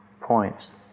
points